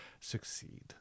succeed